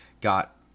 got